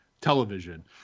television